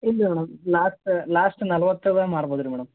ಇಲ್ಲ madam last last ನಲ್ವತ್ತು ಅದ ಮಾಡ್ಬೋದು ರೀ ಮೇಡಮ್